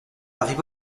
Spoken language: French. arriva